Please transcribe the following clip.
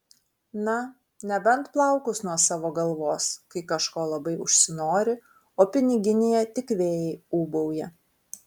na nebent plaukus nuo savo galvos kai kažko labai užsinori o piniginėje tik vėjai ūbauja